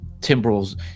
timbrels